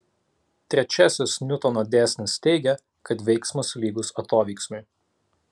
trečiasis niutono dėsnis teigia kad veiksmas lygus atoveiksmiui